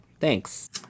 Thanks